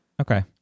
Okay